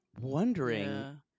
wondering